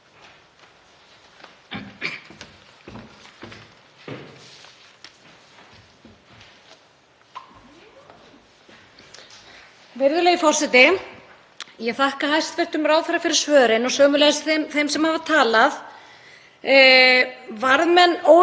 Virðulegi forseti. Ég þakka hæstv. ráðherra fyrir svörin og sömuleiðis þeim sem hafa talað. Varðmenn óráðsíunnar hér hinum megin við götuna í ráðhúsinu sátu nú á sér í kvöld, en það er svo sem ekki nýtt að við, gamlar flokkssystur, séum sammála, það er alls ekki nýtt.